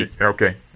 Okay